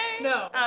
No